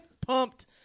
Pumped